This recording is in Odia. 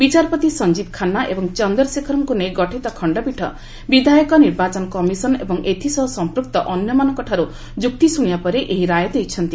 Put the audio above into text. ବିଚାରପତି ସଞ୍ଜୀବ ଖାନ୍ନା ଏବଂ ଚନ୍ଦର ଶେଖର୍ଙ୍କୁ ନେଇ ଖଣ୍ଡପୀଠ ବିଧାୟକ ନିର୍ବାଚନ କମିଶନ୍ ଏବଂ ଏଥିସହ ସମ୍ପୁକ୍ତ ଅନ୍ୟମାନଙ୍କଠାରୁ ଯୁକ୍ତି ଶୁଣିବା ପରେ ଏହି ରାୟ ଦେଇଛନ୍ତି